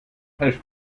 helft